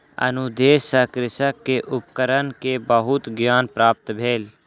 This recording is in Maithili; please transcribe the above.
अनुदेश सॅ कृषक के उपकरण के बहुत ज्ञान प्राप्त भेल